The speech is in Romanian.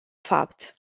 fapt